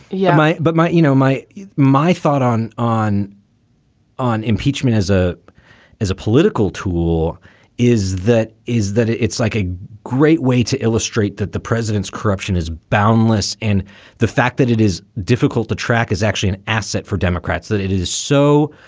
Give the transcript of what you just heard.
yeah but my you know, my my thought on on on impeachment as a as a political tool is that is that it's like a great way to illustrate that the president's corruption is boundless. and the fact that it is difficult to track is actually an asset for democrats, that it is so